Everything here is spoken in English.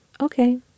okay